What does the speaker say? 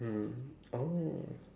mm oh